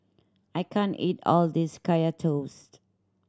I can't eat all of this Kaya Toast